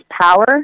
power